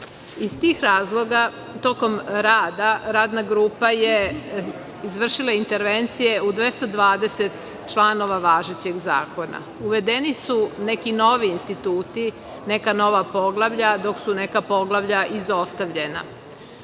tih razloga tokom rada Radna grupa je izvršila intervencije u 220 članova važećeg zakona. Uvedeni su neki novi instituti, neka nova poglavlja, dok su neka poglavlja izostavljena.